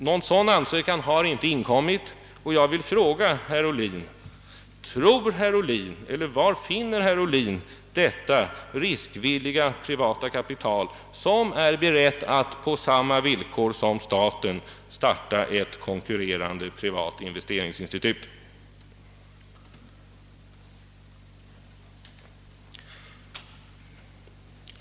Någon sådan ansökan har inte inkommit, och jag vill fråga herr Ohlin: Var finner herr Ohlin detta riskvilliga kapital med vilket man är beredd att på samma villkor som staten starta ett konkurrerande privat investeringsinstitut?